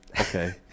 Okay